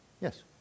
Yes